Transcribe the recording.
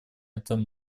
этом